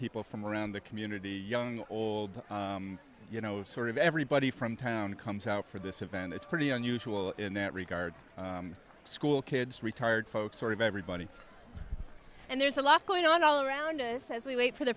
people from around the community young or old you know sort of everybody from town comes out for this event it's pretty unusual in that regard school kids retired folks sort of everybody and there's a lot going on all around us as we wait for the